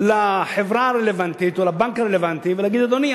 לחברה הרלוונטית או לבנק הרלוונטי ולהגיד: אדוני,